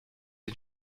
den